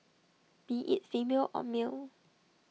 be IT female or male